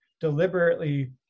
deliberately